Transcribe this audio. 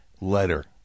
letter